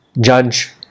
judge